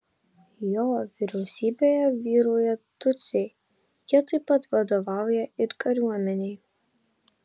jo vyriausybėje vyrauja tutsiai jie taip pat vadovauja ir kariuomenei